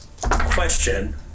question